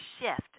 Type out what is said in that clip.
shift